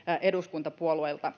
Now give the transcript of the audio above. eduskuntapuolueilta